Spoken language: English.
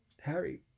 Harry